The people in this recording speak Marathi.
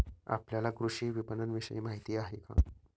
आपल्याला कृषी विपणनविषयी माहिती आहे का?